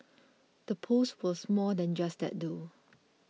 the post was more than just that though